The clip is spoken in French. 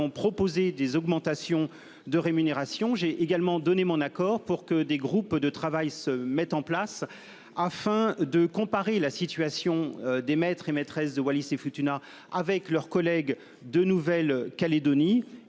proposé des augmentations de rémunération. J'ai également donné mon accord pour que des groupes de travail se mettent en place afin de comparer la situation des maîtres et maîtresses de Wallis-et-Futuna avec leurs collègues de Nouvelle-Calédonie